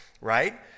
right